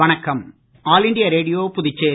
வணக்கம் all India Radio Puducherry